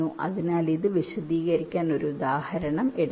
അതിനാൽ ഇത് വിശദീകരിക്കാൻ ഒരു ഉദാഹരണം എടുക്കാം